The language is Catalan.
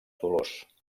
dolors